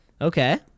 Okay